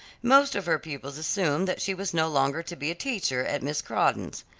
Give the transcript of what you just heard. most of her pupils assumed that she was no longer to be a teacher at miss crawdon's.